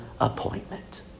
appointment